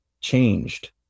changed